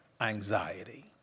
anxiety